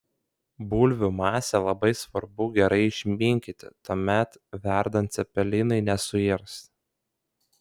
bulvių masę labai svarbu gerai išminkyti tuomet verdant cepelinai nesuirs